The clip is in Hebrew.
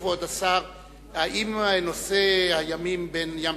כבוד השר: האם נושא תעלת הימים בין הים